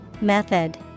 Method